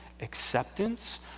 acceptance